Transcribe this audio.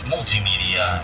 Multimedia